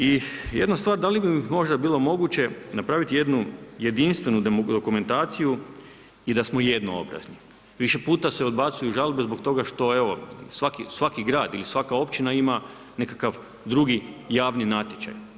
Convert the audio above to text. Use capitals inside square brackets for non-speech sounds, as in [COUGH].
I jedna stvar, da li bi mi možda bilo moguće napraviti jednu jedinstvenu dokumentaciju i da smo … [UNINTELLIGIBLE] Više puta se odbacuju žalbe zbog toga što, evo, svaki grad ili svaka općina ima nekakav drugi javni natječaj.